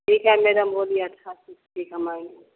ठीक है मैडम बोलिए अच्छा से हम आएंगे